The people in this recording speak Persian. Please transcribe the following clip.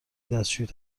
دستشویی